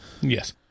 Yes